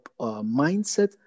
mindset